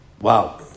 Wow